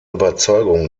überzeugung